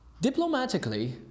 Diplomatically